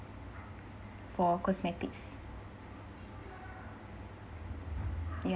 for cosmetics ya